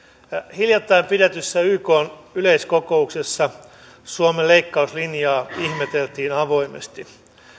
hiljattain pidetyssä ykn yleiskokouksessa suomen leikkauslinjaa ihmeteltiin avoimesti